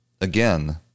Again